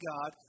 God